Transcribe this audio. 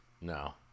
No